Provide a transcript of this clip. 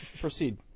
Proceed